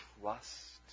trust